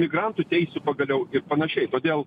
imigrantų teisių pagaliau ir panašiai todėl